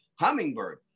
hummingbird